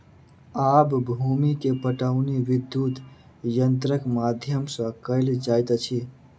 आब भूमि के पाटौनी विद्युत यंत्रक माध्यम सॅ कएल जाइत अछि